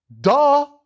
Duh